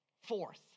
Fourth